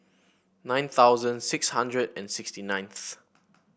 nine thousand six hundred and sixty ninth